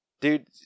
Dude